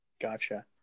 Gotcha